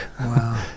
Wow